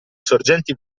sorgenti